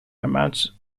amounts